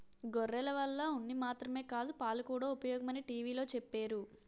గొర్రెల వల్ల ఉన్ని మాత్రమే కాదు పాలుకూడా ఉపయోగమని టీ.వి లో చెప్పేరు